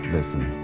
Listen